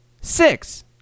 Six